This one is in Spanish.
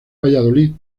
valladolid